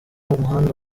umuhanda